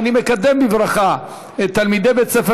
אני מקדם בברכה את תלמידי בית-ספר